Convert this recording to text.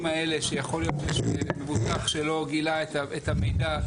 האלה שיכול להיות מבוטח שלא גילה את המידע.